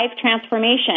transformation